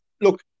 look